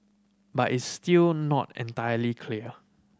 but it's still not entirely clear